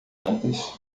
antes